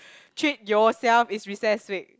treat yourself it's recess week